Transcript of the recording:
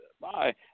Bye